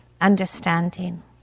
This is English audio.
understanding